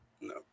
No